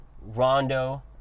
Rondo